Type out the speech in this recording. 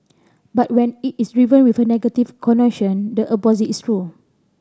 but when it is driven with a negative the opposite is true